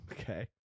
okay